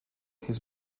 his